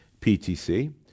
PTC